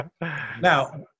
Now